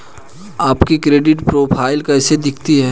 आपकी credit profile कैसी दिखती है?